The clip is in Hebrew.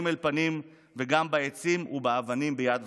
אל פנים וגם בעצים ובאבנים ביד ושם,